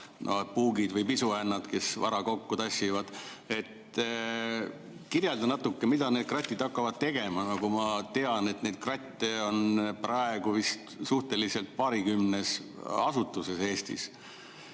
puugid või pisuhännad, kes vara kokku tassivad. Kirjeldage natuke, mida need kratid hakkavad tegema! Nagu ma tean, neid kratte on praegu vist paarikümnes asutuses Eestis.